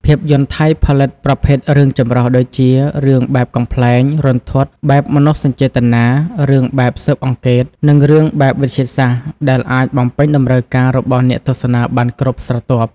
ភាពយន្តថៃផលិត ប្រភេទរឿងចម្រុះ ដូចជា រឿងបែបកំប្លែង រន្ធត់ បែបមនោសញ្ចេតនា រឿងបែបស៊ើបអង្កេត និងរឿងបែបវិទ្យាសាស្ត្រ ដែលអាចបំពេញតម្រូវការរបស់អ្នកទស្សនាបានគ្រប់ស្រទាប់។